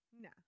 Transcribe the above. No